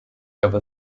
ever